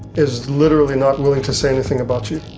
is literally not willing to say anything about you,